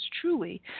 truly